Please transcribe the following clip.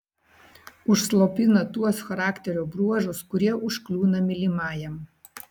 užslopina tuos charakterio bruožus kurie užkliūna mylimajam